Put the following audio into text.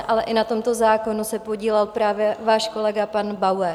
Ale i na tomto zákonu se podílel právě váš kolega pan Bauer.